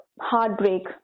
heartbreak